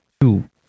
two